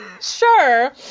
Sure